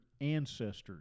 ancestors